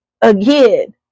again